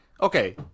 okay